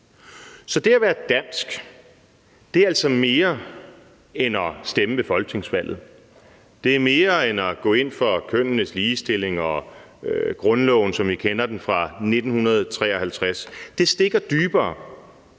Så det at være dansk er altså mere end at stemme ved folketingsvalget. Det er mere end at gå ind for kønnenes ligestilling og grundloven, som vi kender den fra 1953. Det stikker dybere.